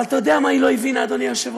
אבל אתה יודע מה היא לא הבינה, אדוני היושב-ראש?